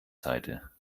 seite